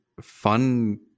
fun